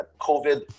COVID